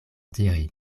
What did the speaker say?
diri